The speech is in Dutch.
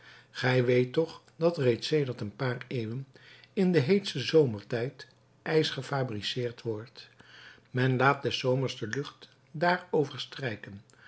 gij weet toch dat reeds sedert een paar eeuwen in den heetsten zomertijd ijs gefabriceerd wordt men laat des zomers de lucht daarover strijken